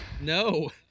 No